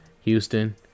Houston